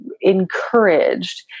encouraged